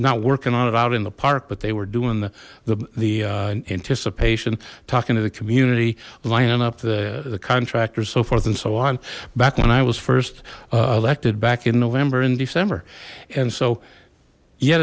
not working on it out in the park but they were doing the the anticipation talking to the community lining up the the contractors so forth and so on back when i was first elected back in november in december and so ye